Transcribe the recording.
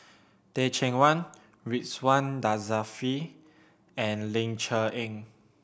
Teh Cheang Wan Ridzwan Dzafir and Ling Cher Eng